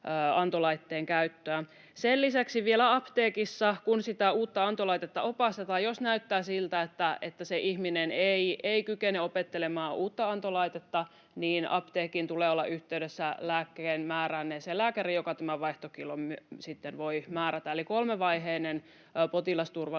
antolaitteen käyttöä. Sen lisäksi vielä, kun sitä uutta antolaitetta opastetaan, jos näyttää siltä, että se ihminen ei kykene opettelemaan uutta antolaitetta, apteekin tulee olla yhteydessä lääkkeen määränneeseen lääkäriin, joka tämän vaihtokiellon sitten voi määrätä. Eli kolmivaiheinen potilasturvallisuutta